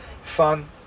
fun